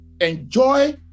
enjoy